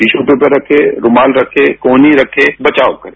tissue paper रखे रूमाल रखे कोहनी रखे बचाव करें